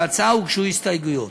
להצעה הוגשו הסתייגויות.